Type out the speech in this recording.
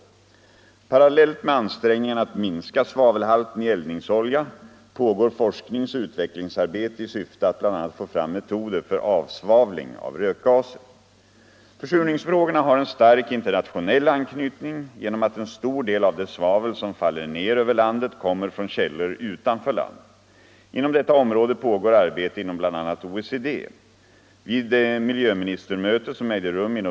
||||| 26 maj 1975 Parallellt med ansträngningarna att minska svavelhalten i eldningsolja pågår forskningsoch utvecklingsarbete i syfte att bl.a. få fram metoder — Om åtgärder för att för avsvavling av rökgaser. motverka försur Försurningsfrågorna har en stark internationell anknytning genom att ningen av insjövat en stor del av det svavel som faller ner över landet kommer från källor = ten utanför landet. Inom detta område pågår arbete inom bl.a. OECD.